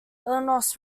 illinois